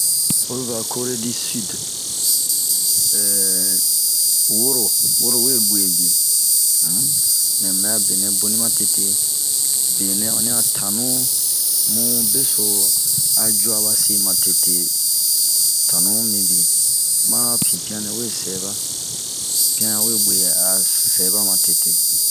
Oyiva kore di side, ehh woro, woro we gue bini, unh mɛ mu bɛɛ a benɛ boni matete, benɛ ɔni a tanu bun beso a yua base matete. Tanu mibin ma pipian nɛwe sɛba, pipian ɲa we gue a sɛba matete.